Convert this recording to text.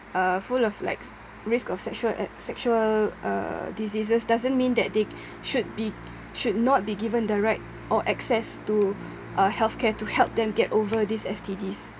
uh full of like risk of sexual a~ sexual uh diseases doesn't mean that they should be should not be given the right or access to uh healthcare to help them get over these S_T_Ds